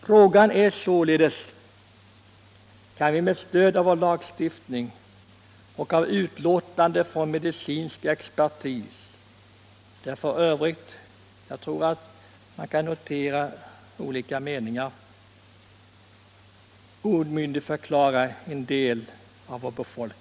Frågan är således: Kan vi med stöd av vår lagstiftning och av utlåtanden från medicinsk expertis — jag tror f.ö. att vi kan notera olika meningar — omyndigförklara en del av vår befolkning?